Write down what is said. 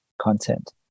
content